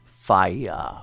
fire